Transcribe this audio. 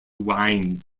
wind